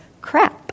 crap